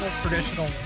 traditional